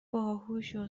باهوشو